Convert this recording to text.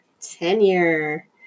Tenure